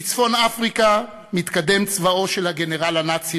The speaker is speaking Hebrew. בצפון-אפריקה מתקדם צבאו של הגנרל הנאצי